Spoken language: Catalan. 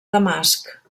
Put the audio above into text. damasc